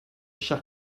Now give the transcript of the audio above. chers